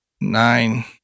Nine